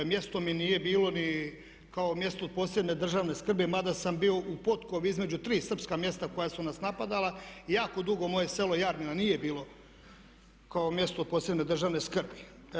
Mjesto mi nije bilo ni kao mjestu od posebne državne skrbi mada sam bio u potkovi između tri srpska mjesta koja su nas napadala, jako dugo moje selo Jarmina nije bilo kao mjesto od posebne državne skrbi.